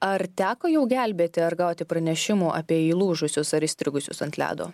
ar teko jau gelbėti ar gauti pranešimų apie įlūžusius ar įstrigusius ant ledo